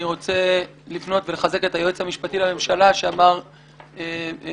אני רוצה לפנות ולחזק את היועץ המשפטי לממשלה שאמר מילים